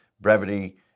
brevity